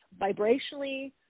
vibrationally